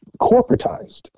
corporatized